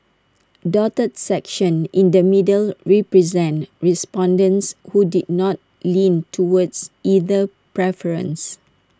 dotted sections in the middle represent respondents who did not lean towards either preference